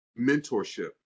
mentorship